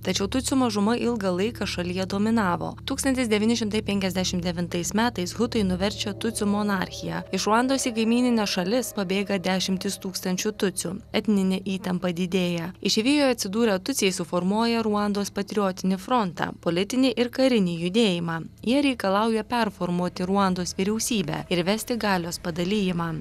tačiau tutsių mažuma ilgą laiką šalyje dominavo tūkstantis devyni šimtai penkiasdešim devintais metais hutai nuverčia tutsių monarchiją iš ruandos į kaimynines šalis pabėga dešimtys tūkstančių tutsių etninė įtampa didėja išeivijoje atsidūrę tutsiai suformuoja ruandos patriotinį frontą politinį ir karinį judėjimą jie reikalauja performuoti ruandos vyriausybę ir įvesti galios padalijimą